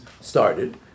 started